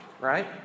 right